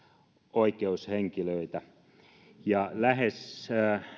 oikeushenkilöitä lähes